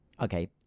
Okay